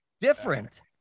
different